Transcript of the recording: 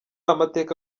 amateka